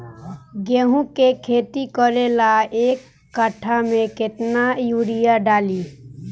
गेहूं के खेती करे ला एक काठा में केतना युरीयाँ डाली?